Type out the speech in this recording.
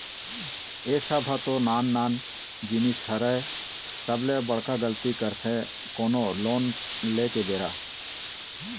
ए सब ह तो नान नान जिनिस हरय सबले बड़का गलती करथे कोनो लोन ले के बेरा